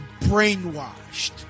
brainwashed